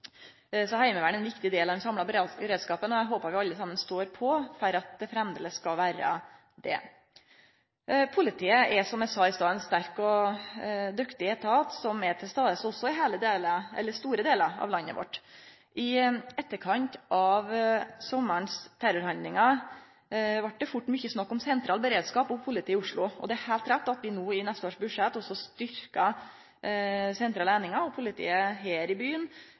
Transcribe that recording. Så Heimevernet er ein viktig del av den samla beredskapen, og eg håper vi alle saman står på for at det framleis skal vere det. Politiet er, som eg sa i stad, ein sterk og dyktig etat, som er til stades i store delar av landet vårt. I etterkant av sommarens terrorhandlingar vart det fort mykje snakk om sentral beredskap og politi i Oslo. Det er heilt rett at vi no i neste års budsjett også styrkjer sentrale einingar og politiet her i byen